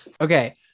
Okay